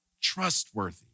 trustworthy